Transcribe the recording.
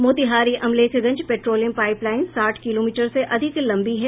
Motihari Amlekhganj petroleum pipeline साठ kilometre से अधिक लंबी है